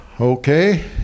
Okay